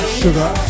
sugar